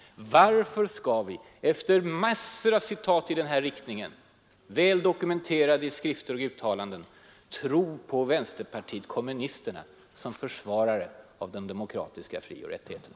Varför skall vi efter massor av uttalanden i den här riktningen, dokumenterade i skrifter och artiklar, tro på vänsterpartiet kommunisterna som försvarare av de demokratiska frioch rättigheterna?